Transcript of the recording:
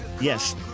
yes